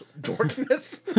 Darkness